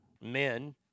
men